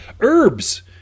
Herbs